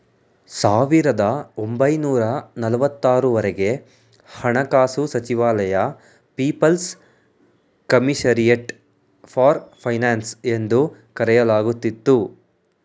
ಸಾವಿರದ ಒಂಬೈನೂರ ನಲವತ್ತು ಆರು ವರೆಗೆ ಹಣಕಾಸು ಸಚಿವಾಲಯ ಪೀಪಲ್ಸ್ ಕಮಿಷರಿಯಟ್ ಫಾರ್ ಫೈನಾನ್ಸ್ ಎಂದು ಕರೆಯಲಾಗುತ್ತಿತ್ತು